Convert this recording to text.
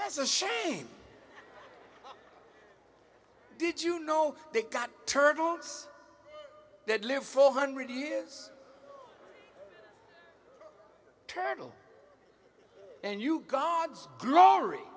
that's a shame did you know they got turtles that live four hundred years turtle and you comes glory